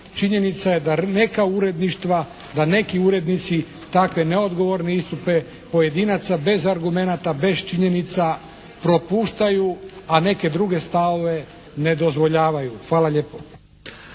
uredništva, da neki urednici takve neodgovorne istupe pojedinaca bez argumenata, bez činjenica propuštaju, a neke druge stavove ne dozvoljavaju. Hvala lijepo.